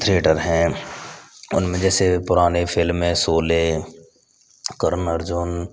theatre है उनमें पुरानी फ़िल्में जैसे शोले करन अर्जुन